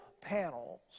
panels